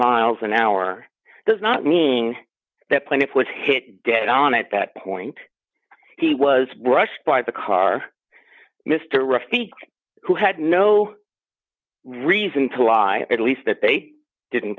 miles an hour does not mean that plaintiff was hit dead on at that point he was rushed by the car mr rush speak who had no reason to lie at least that they didn't